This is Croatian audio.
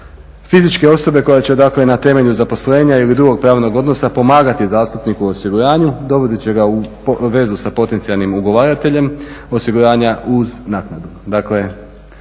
fizičke osobe koja će dakle na temelju zaposlenja ili drugog pravnog odnosa pomagati zastupniku u osiguranju dovodeći ga u vezu sa potencijalnim ugovarateljem osiguranja uz naknadu,